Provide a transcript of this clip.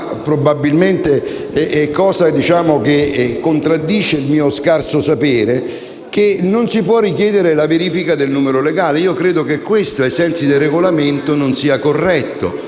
ma probabilmente è cosa che contraddice il mio scarso sapere, che non si può richiedere la verifica del numero legale. Credo che questo, ai sensi del Regolamento, non sia corretto